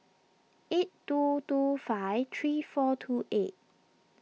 eight two two five three four two eight